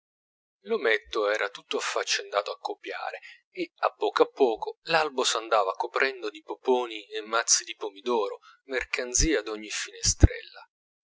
l'ometto era tutto affaccendato a copiare e a poco a poco l'albo s'andava coprendo di poponi e mazzi di pomidoro mercanzia d'ogni finestrella